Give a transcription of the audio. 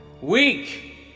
Weak